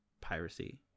piracy